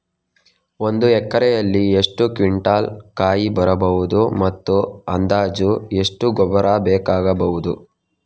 ಒಂದು ಎಕರೆಯಲ್ಲಿ ಎಷ್ಟು ಕ್ವಿಂಟಾಲ್ ಕಾಯಿ ಬರಬಹುದು ಮತ್ತು ಅಂದಾಜು ಎಷ್ಟು ಗೊಬ್ಬರ ಬೇಕಾಗಬಹುದು?